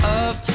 up